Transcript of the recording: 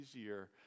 Easier